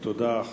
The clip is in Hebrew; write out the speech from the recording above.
תודה.